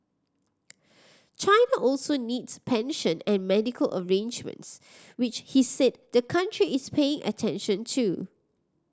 China also needs pension and medical arrangements which he said the country is paying attention to